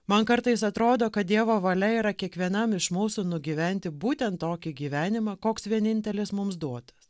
man kartais atrodo kad dievo valia yra kiekvienam iš mūsų nugyventi būtent tokį gyvenimą koks vienintelis mums duotas